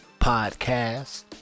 podcast